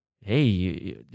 hey